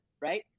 right